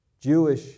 Jewish